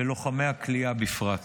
ולוחמי הכליאה בפרט.